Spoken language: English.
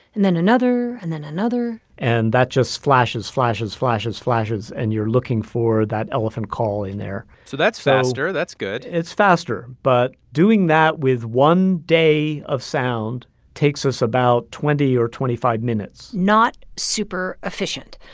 and then another, and then another and that just flashes, flashes, flashes, flashes. and you're looking for that elephant call in there so that's faster. that's good it's faster, but doing that with one day of sound takes us about twenty or twenty five minutes not super efficient.